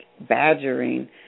badgering